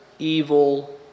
Evil